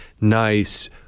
nice